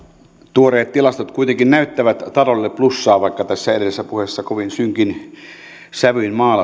tuoreet tilastot kuitenkin näyttävät taloudelle plussaa vaikka tässä edellisessä puheessa kovin synkin sävyin maalattiin